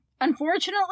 Unfortunately